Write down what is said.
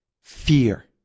fear